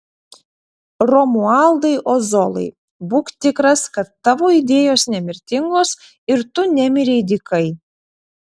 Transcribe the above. romualdai ozolai būk tikras kad tavo idėjos nemirtingos ir tu nemirei dykai